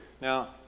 Now